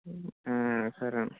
సరే అండి